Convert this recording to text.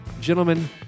Gentlemen